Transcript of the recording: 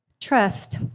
trust